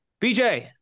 BJ